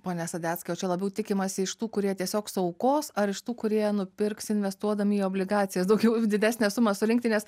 pone sadeckai o čia labiau tikimasi iš tų kurie tiesiog suaukos ar iš tų kurie nupirks investuodami į obligacijas daugiau didesnę sumą surinkti nes